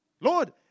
Lord